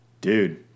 Dude